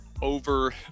over